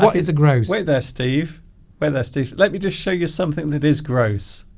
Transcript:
but is it gross wait there steve we're there steve let me just show you something that is gross